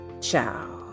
Ciao